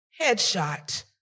headshot